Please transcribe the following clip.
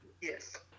Yes